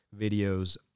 videos